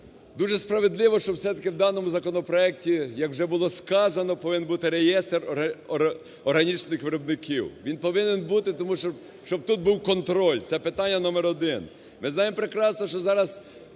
Дуже справедливо, що все-таки в даному законопроекті, як вже було сказано, повинен бути реєстр органічних виробників. Він повинен бути, тому що, щоб тут був контроль, це питання номер один. Ми знаємо прекрасно, що зараз